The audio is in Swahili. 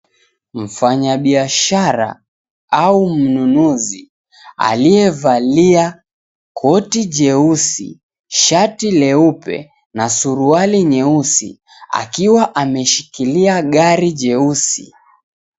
Mfanyabiashara au mnunuzi aliyevalia koti jeusi, shati leupe na suruali nyeusi akiwa ameshikilia gari jeusi.